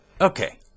Okay